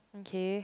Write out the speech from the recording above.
okay